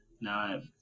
No